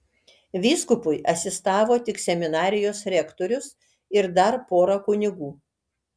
vyskupui asistavo tik seminarijos rektorius ir dar pora kunigų